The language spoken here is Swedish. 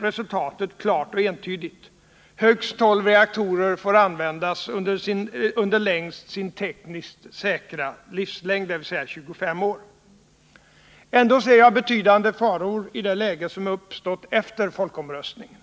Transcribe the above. resultatet klart och entydigt. Högst tolv reaktorer får användas under längst sin tekniskt säkra livslängd, dvs. 25 år. Ändå ser jag betydande faror i det läge som uppstått efter folkomröstningen.